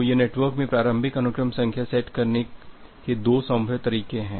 तो यह नेटवर्क में प्रारंभिक अनुक्रम संख्या सेट करने के दो संभव तरीके हैं